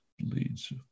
leads